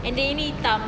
and the ini hitam